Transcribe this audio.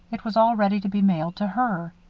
it was all ready to be mailed to her.